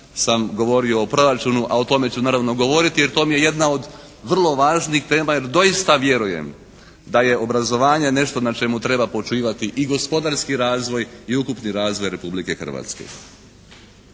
sam govorio o proračunu, a o tome ću naravno govoriti jer to mi je jedna od vrlo važnih tema jer doista vjerujem da je obrazovanje nešto na čemu treba počivati i gospodarski razvoj i ukupni razvoj Republike Hrvatske.